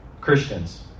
Christians